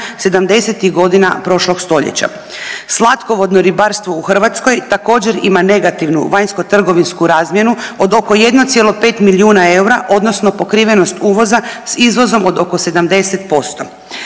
70-ih godina prošlog stoljeća. Slatkovodno ribarstvo u Hrvatskoj također, ima negativnu vanjskotrgovinsku razmjenu od oko 1,5 milijuna eura, odnosno pokrivenost uvoza s izvozom od oko 70%.